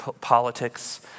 politics